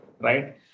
Right